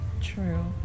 True